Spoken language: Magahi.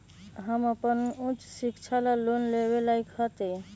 हम अपन उच्च शिक्षा ला लोन लेवे के लायक हती?